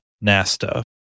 NASTA